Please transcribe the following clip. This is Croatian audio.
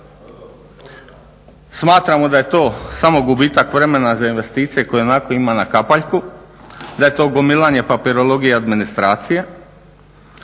Smatramo da je to samo gubitak vremena za investicije kojih ionako ima na kapaljku, da je to gomilanje papirologije i administracije.